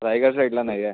रायगड साईडला नाही आहे